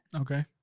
Okay